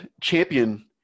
Champion